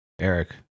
Eric